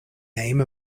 name